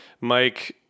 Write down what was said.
Mike